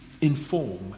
inform